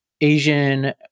Asian